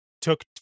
took